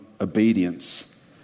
obedience